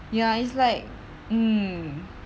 ya it's like mm